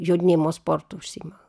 jodinėjimo sportu užsiima